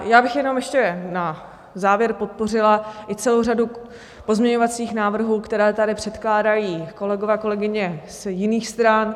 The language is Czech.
Ještě bych jenom na závěr podpořila i celou řadu pozměňovacích návrhů, které tady předkládají kolegové a kolegyně z jiných stran.